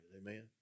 Amen